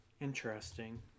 interesting